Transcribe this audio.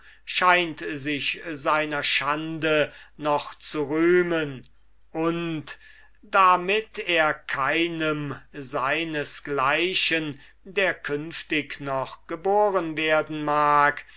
scheint sich seiner schande noch zu rühmen und damit er keinem seines gleichen der künftig geboren werden mag